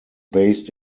based